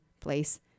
place